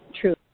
true